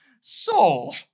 Soul